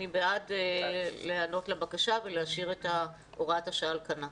אני בעד להיענות לבקשה ולהשאיר את הוראת השעה על כנה.